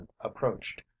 approached